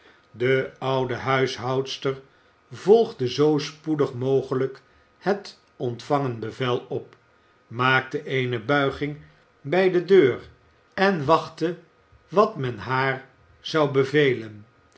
de oude huishoudster vo'gde zoo spoedig mogelijk het ontvangen bevel op maakte eene buiging bij de deur en wachtte wat men haar zou beve